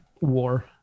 war